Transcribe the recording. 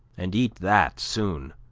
and eat that soon.